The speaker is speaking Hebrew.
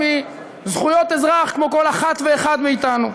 מזכויות אזרח כמו כל אחת ואחד מאתנו.